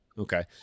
Okay